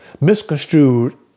misconstrued